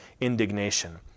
indignation